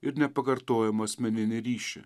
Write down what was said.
ir nepakartojamą asmeninį ryšį